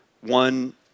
one